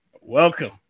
Welcome